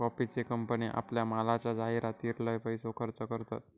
कॉफीचे कंपने आपल्या मालाच्या जाहीरातीर लय पैसो खर्च करतत